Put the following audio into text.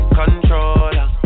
controller